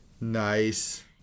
nice